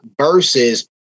versus